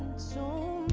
soul